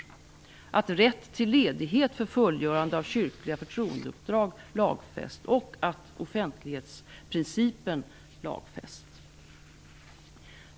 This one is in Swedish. Andra principer är att rätten till ledighet för fullgörande av kyrkliga förtroendeuppdrag lagfästs och att offentlighetsprincipen lagfästs.